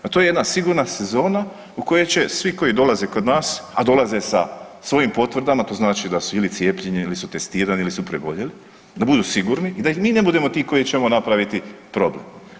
A to je jedna sigurna sezona u kojoj će svi koji dolaze kod nas, a dolaze sa svojim potvrdama, to znači da su ili cijepljeni ili su testirani ili su preboljeli, da budu sigurni i da mi ne budemo ti koji ćemo napraviti problem.